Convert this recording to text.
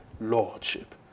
Lordship